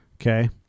Okay